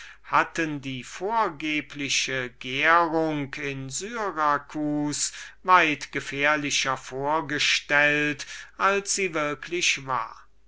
hatten die vorgebliche gärung in syracus weit gefährlicher vorgestellt als sie würklich war